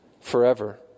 forever